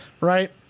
right